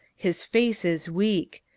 his face is weak.